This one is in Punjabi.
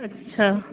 ਅੱਛਾ